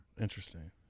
Interesting